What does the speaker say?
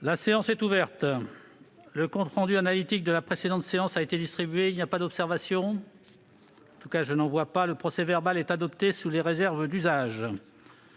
La séance est ouverte. Le compte rendu analytique de la précédente séance a été distribué. Il n'y a pas d'observation ?... Le procès-verbal est adopté sous les réserves d'usage.